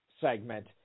segment